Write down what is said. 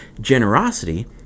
generosity